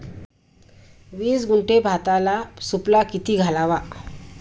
वीस गुंठे भाताला सुफला किती घालावा?